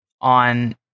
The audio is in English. on